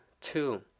two